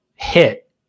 hit